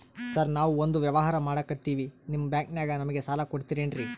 Sir ನಾವು ಒಂದು ವ್ಯವಹಾರ ಮಾಡಕ್ತಿವಿ ನಿಮ್ಮ ಬ್ಯಾಂಕನಾಗ ನಮಿಗೆ ಸಾಲ ಕೊಡ್ತಿರೇನ್ರಿ?